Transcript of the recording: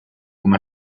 come